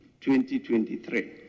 2023